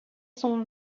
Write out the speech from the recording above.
son